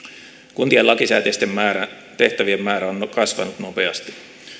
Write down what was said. kuntien lakisääteisten tehtävien määrä on kasvanut nopeasti